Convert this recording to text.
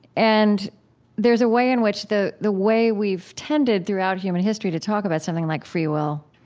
and there's a way in which the the way we've tended throughout human history to talk about something like free will